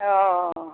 অঁ